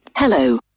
Hello